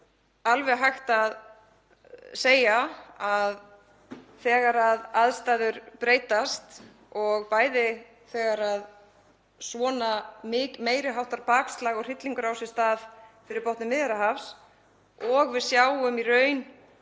alveg hægt að segja að þegar aðstæður breytast og bæði þegar svona meiri háttar bakslag og hryllingur á sér stað fyrir botni Miðjarðarhafs og við sjáum í raun